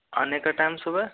आने का टाइम सुबह